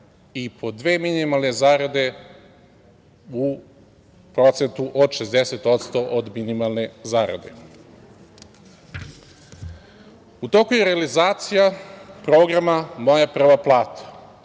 i po dve minimalne zarade u procentu od 60% minimalne zarade.U toku je realizacija programa „Moja prva plata“